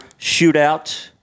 shootout